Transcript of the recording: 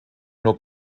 nur